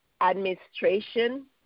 administration